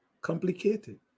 complicated